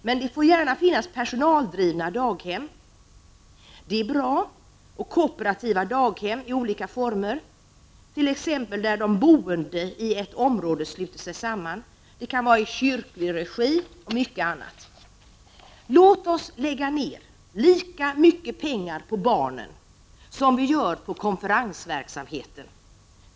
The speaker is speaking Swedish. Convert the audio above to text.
Men det får gärna finnas personaldrivna daghem och kooperativa daghem i olika former, t.ex. där de boende i ett område sluter sig samman. Det kan vara i kyrklig regi och på många andra sätt. Låt oss lägga ned lika mycket pengar på barnen som vi gör på konferensverksamheten.